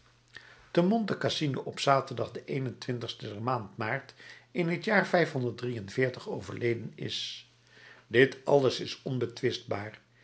te monte cassino op zaterdag de een-en-twintig der maand maart van het jaar overleden is dit alles is onbetwistbaar